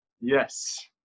Yes